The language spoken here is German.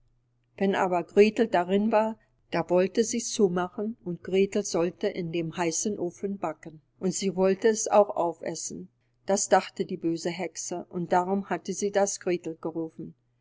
wenn aber gretel darin war da wollte sie zumachen und gretel sollte in dem heißen ofen backen und sie wollte es auch aufessen das dachte die böse hexe und darum hatte sie das gretel gerufen